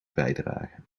bijdrage